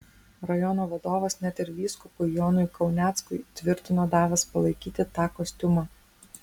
rajono vadovas net ir vyskupui jonui kauneckui tvirtino davęs palaikyti tą kostiumą